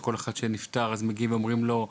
שכל אחד שנפטר מגיעים ואומרים לו.